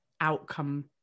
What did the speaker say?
outcome